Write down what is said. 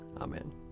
amen